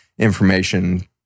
information